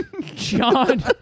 John